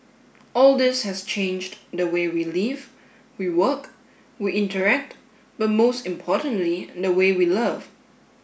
all this has changed the way we live we work we interact but most importantly the way we love